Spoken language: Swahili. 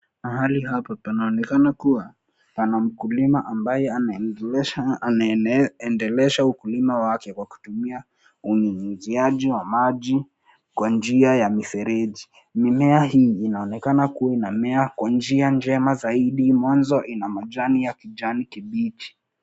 Mahali hapa panaonekana kuwa pana mkulima ambaye anaendelesha na ameendelesha ukulima wake kwa kutumia unyunyiziaji wa maji kwa njia ya mifereji. Mimea hii inaonekana kuwa inamea kwa njia njema zaidi mwanzo ina majani ya kijani kibichi.